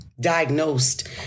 diagnosed